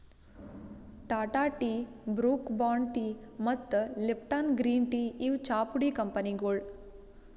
Tata tea, Brooke Bond tea ಮತ್ತ್ Lipton green tea ಇವ್ ಚಾಪುಡಿ ಕಂಪನಿಗೊಳ್